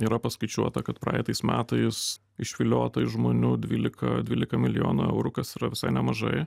yra paskaičiuota kad praeitais metais išviliota iš žmonių dvylika dvylika milijonų eurų kas yra visai nemažai